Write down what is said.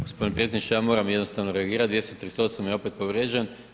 Gospodine predsjedniče, ja moram jednostavno reagirati, 238 je opet povrijeđen.